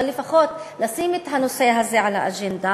אבל לפחות לשים את הנושא הזה על האג'נדה,